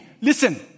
Listen